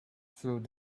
through